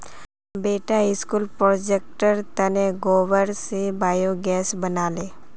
बेटा स्कूल प्रोजेक्टेर तने गोबर स बायोगैस बना ले